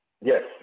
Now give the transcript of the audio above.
Yes